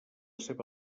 seva